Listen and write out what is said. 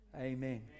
amen